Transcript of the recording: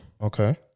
okay